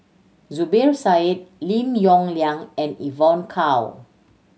Zubir Said Lim Yong Liang and Evon Kow